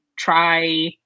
try